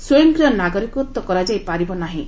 ସ୍ୱୟଂକ୍ରିୟ ନାଗରିକତ୍ୱ କରାଯାଇପାରିବ ନାହିଁ